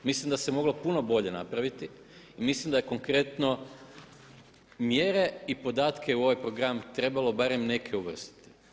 Mislim da se moglo puno bolje napraviti i mislim da je konkretno mjere i podatke u ovaj program trebalo barem neke uvrstiti.